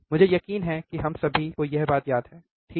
मुझे यकीन है कि हम सभी को यह बात याद है सही